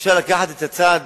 אפשר לקחת את הצד